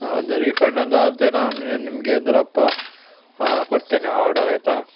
ಹಾಂ ಒಂದು ರೀಫಂಡ್ ಒಂದು ಆದರೆ ನಾನು ನಿಮಗೆ ಅದು ರಪ್ಪ ಕೊಡ್ತೇನೆ ಆರ್ಡರ್ ಆಯಿತಾ